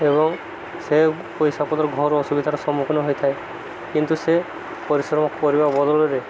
ଏବଂ ସେ ପଇସାପତ୍ର ଘୋର ଅସୁବିଧାର ସମ୍ମୁଖୀନ ହୋଇଥାଏ କିନ୍ତୁ ସେ ପରିଶ୍ରମ ପରିବା ବଦଳରେ